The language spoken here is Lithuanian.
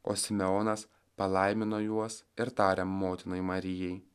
o simeonas palaimino juos ir tarė motinai marijai